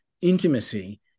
intimacy